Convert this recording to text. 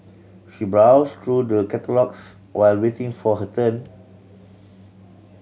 she browsed through the catalogues while waiting for her turn